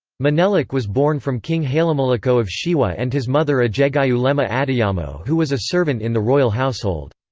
menelik was born from king hailemelekot of shewa and his mother ejegayehu lema adeyamo who was a servant in the royal household.